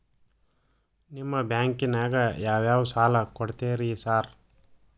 ನಿಮ್ಮ ಬ್ಯಾಂಕಿನಾಗ ಯಾವ್ಯಾವ ಸಾಲ ಕೊಡ್ತೇರಿ ಸಾರ್?